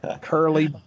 Curly